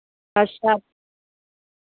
अच्छा